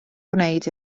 gwneud